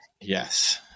Yes